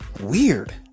weird